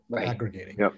aggregating